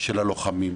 של הלוחמים.